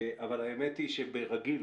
אבל האמת היא שברגיל,